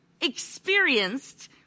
experienced